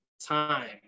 time